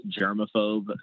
germaphobe